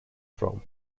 from